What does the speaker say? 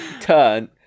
turn